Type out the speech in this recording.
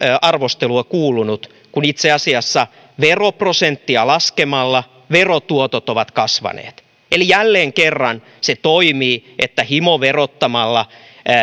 arvostelua kuulunut kun itse asiassa veroprosenttia laskemalla verotuotot ovat kasvaneet eli jälleen kerran se toimii että himoverottamalla